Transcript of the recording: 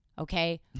Okay